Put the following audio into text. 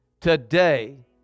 today